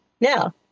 now